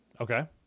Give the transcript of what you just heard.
okay